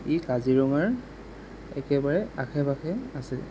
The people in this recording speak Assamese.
ই কাজিৰঙাৰ একেবাৰে আশে পাশে আছে